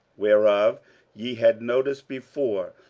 whereof ye had notice before,